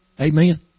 Amen